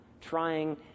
trying